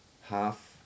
half